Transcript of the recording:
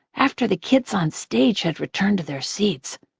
after the kids onstage had returned to their seats,